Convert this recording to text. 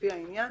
לפי העניין,